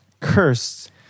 cursed